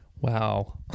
wow